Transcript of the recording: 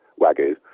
Wagyu